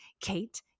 Kate